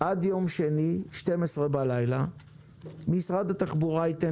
עד יום שני ב-12 בלילה משרד התחבורה ייתן